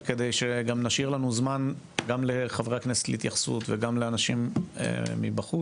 וכדי שגם נשאיר לנו זמן גם לחברי הכנסת להתייחסות וגם לאנשים מבחוץ,